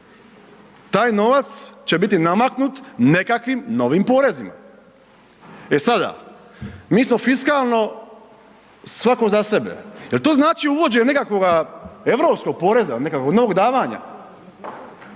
Taj novac će biti namaknut nekakvim novim porezima. E sada, mi smo fiskalno svako za sebe, jel to znači uvođenje nekakvoga europskog poreza, nekakvog novog davanja?